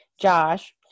Josh